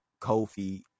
Kofi